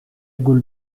gaule